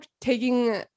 taking